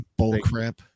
Bullcrap